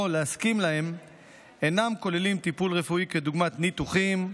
להסכים להם אינם כוללים טיפול רפואי כדוגמת ניתוחים,